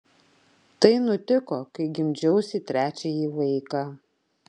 tai nutiko kai gimdžiausi trečiąjį vaiką